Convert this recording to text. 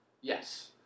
Yes